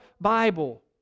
Bible